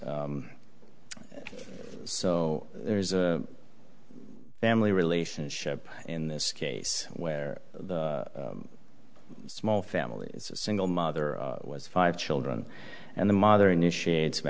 so there's a family relationship in this case where the small family single mother was five children and the mother initiated s